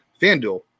FanDuel